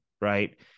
right